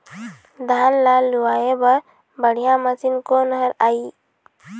धान ला लुआय बर बढ़िया मशीन कोन हर आइ?